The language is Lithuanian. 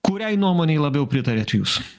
kuriai nuomonei labiau pritariat jūs